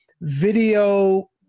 video